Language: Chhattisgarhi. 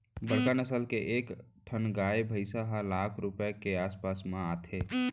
बड़का नसल के एक ठन गाय भईंस ह लाख रूपया के आस पास म आथे